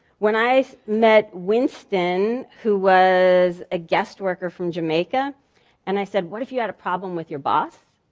when i met winston, who was a guest worker from jamaica and i said, what if you had a problem with your boss,